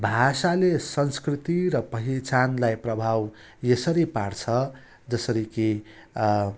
भाषाले संस्कृति र पहिचानलाई प्रभाव यसरी पार्छ जसरी कि